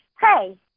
hey